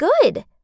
good